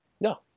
No